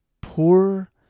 poor